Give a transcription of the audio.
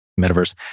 Metaverse